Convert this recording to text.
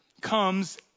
comes